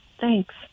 thanks